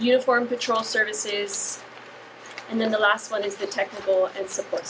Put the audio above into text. uniform patrol services and then the last one is the technical support